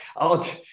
out